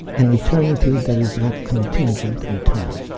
an eternity that is not contingent on time.